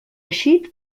eixit